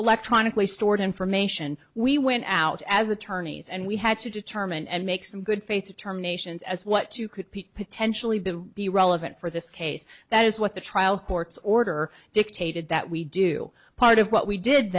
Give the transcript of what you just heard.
electronically stored information we went out as attorneys and we had to determine and make some good faith terminations as what you could potentially be to be relevant for this case that is what the trial court's order dictated that we do part of what we did